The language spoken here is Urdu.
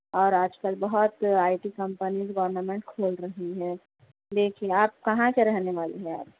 اور آج کل بہت آئی ٹی کمپنی گورنمنٹ نے کھول رہی ہے دیکھیے آپ کہاں کے رہنے والے ہیں آپ